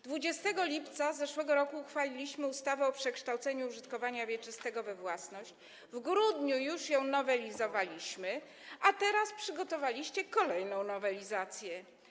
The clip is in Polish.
20 lipca zeszłego roku uchwaliliśmy ustawę o przekształceniu użytkowania wieczystego we własność, w grudniu już ją nowelizowaliśmy, a teraz przygotowaliście kolejną nowelizację.